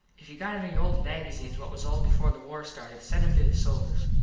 if you got any old magazenes what was old before the war started send em to the soldiers.